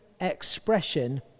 expression